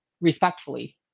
respectfully